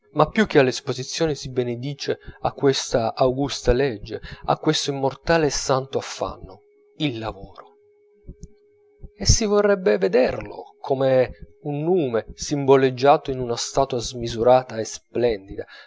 ma più che all'esposizione si benedice a questa augusta legge a questo immortale e santo affanno il lavoro e si vorrebbe vederlo come un nume simboleggiato in una statua smisurata e splendida